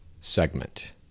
segment